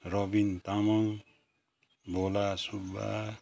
Rabin Tamang Bhola Subba